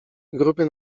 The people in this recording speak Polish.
gruby